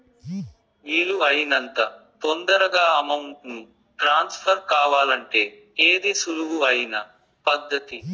వీలు అయినంత తొందరగా అమౌంట్ ను ట్రాన్స్ఫర్ కావాలంటే ఏది సులువు అయిన పద్దతి